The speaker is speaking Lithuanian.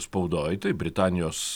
spaudoj taip britanijos